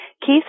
Keith